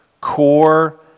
core